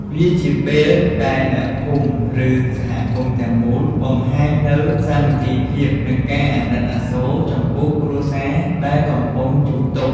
វាជាពេលដែលអ្នកភូមិឬសហគមន៍ទាំងមូល បង្ហាញនូវសាមគ្គីភាព និងការអាណិតអាសូរ ចំពោះគ្រួសារដែលកំពុងជួបទុក្ខ។